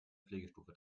pflegestufe